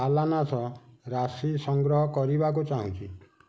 balance ରାଶି ସଂଗ୍ରହ କରିବାକୁ ଚାହୁଁଛି